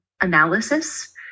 analysis